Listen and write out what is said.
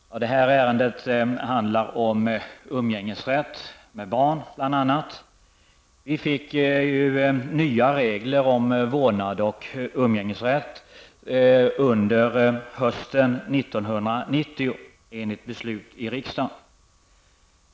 Herr talman! Det här ärendet handlar om umgängesrätt med barn bl.a. Vi fick ju nya regler om vårdnad och umgängesrätt under hösten 1990 enligt beslut i riksdagen.